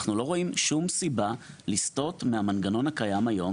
אנחנו לא רואים שום סיבה לסטות מהמנגנון הקיים היום.